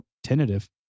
Tentative